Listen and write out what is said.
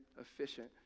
efficient